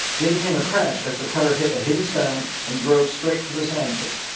then came a crash, as the cutter hit a hidden stone and drove straight for the sand pit.